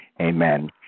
amen